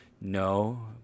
no